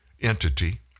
entity